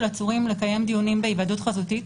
עצורים לקיים דיונים היוועדות חזותית,